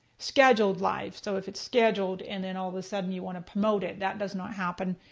scheduled live, so if it's scheduled and then all of a sudden you want to promote it, that does not happen.